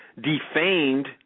defamed